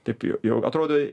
taip jau jau atrodo